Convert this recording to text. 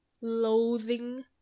loathing